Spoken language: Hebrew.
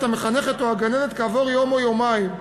המחנכת או הגננת כעבור יום או יומיים,